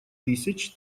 тысяч